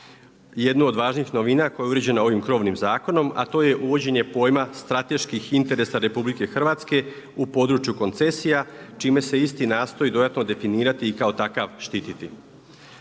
jednu od važnih novina koja je uređena ovim krovnim zakonom, a to je uvođenje pojma strateških interesa RH u području koncesija čime se isti nastoji dodatno definirati i kao takav štititi.